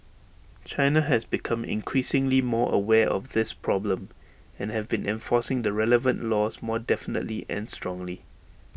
China has become increasingly more aware of this problem and have been enforcing the relevant laws more definitely and strongly